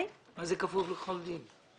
מה זה כפוף לכל דין?